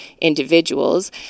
individuals